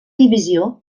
divisió